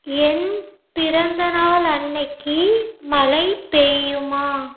என் பிறந்தநாள் அன்றைக்கு மழை பெய்யுமா